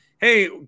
Hey